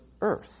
earth